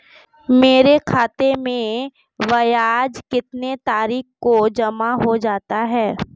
मेरे खाते में ब्याज कितनी तारीख को जमा हो जाता है?